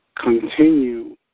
continue